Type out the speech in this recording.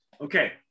Okay